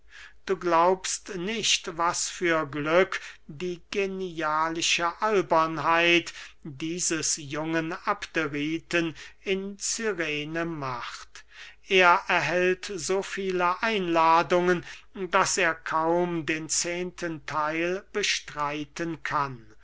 du glaubst nicht was für glück die genialische albernheit dieses jungen abderiten in cyrene macht er erhält so viele einladungen daß er kaum den zehnten theil bestreiten kann